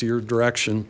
to your direction